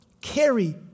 carry